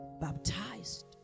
baptized